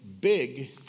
big